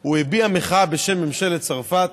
הוא הביע מחאה בשם ממשלת צרפת.